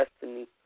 destiny